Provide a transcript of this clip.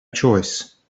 choice